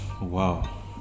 Wow